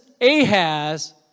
Ahaz